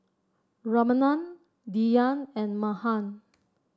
Ramanand Dhyan and Mahan